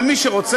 אבל מי שרוצה,